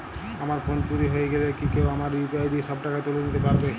আমার ফোন চুরি হয়ে গেলে কি কেউ আমার ইউ.পি.আই দিয়ে সব টাকা তুলে নিতে পারবে?